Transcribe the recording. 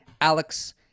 Alex